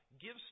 gives